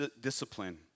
discipline